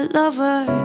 lover